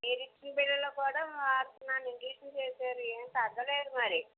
మీరు ఇచ్చిన బిళ్ళలు కూడా వాడుతున్నాను ఇన్జెక్షన్ చేశారు ఏం తగ్గలేదు మరి